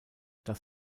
das